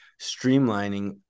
streamlining